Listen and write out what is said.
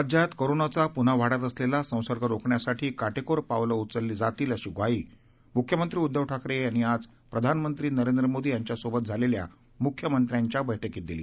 राज्यात कोरोनाचा पुन्हा वाढत असलेला संसर्ग रोखण्यासाठी काटेकोर पावलं उचलली जातील अशी ग्वाही मूख्यमंत्री उद्धव ठाकरे यांनी आज प्रधानमंत्री नरेंद्र मोदी यांच्यासोबत झालेल्या मुख्यमंत्र्यांच्या बैठकीत दिली